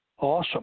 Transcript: Awesome